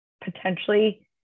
potentially